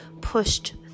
pushed